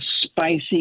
spicy